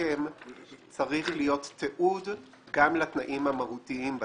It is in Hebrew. להסכם צריך להיות תיעוד גם לתנאים המהותיים בהסכם.